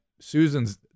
Susan's